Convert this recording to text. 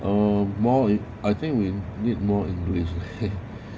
um more eh I think we need more english